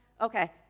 Okay